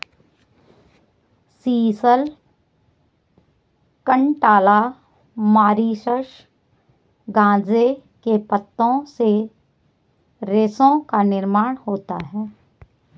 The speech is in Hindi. सीसल, कंटाला, मॉरीशस गांजे के पत्तों से रेशों का निर्माण होता रहा है